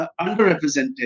underrepresented